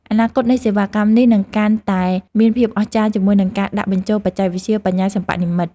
អនាគតនៃសេវាកម្មនេះនឹងកាន់តែមានភាពអស្ចារ្យជាមួយនឹងការដាក់បញ្ចូលបច្ចេកវិទ្យាបញ្ញាសិប្បនិម្មិត។